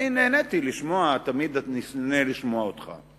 אני נהניתי לשמוע, תמיד אני נהנה לשמוע אותך,